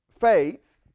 faith